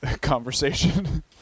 conversation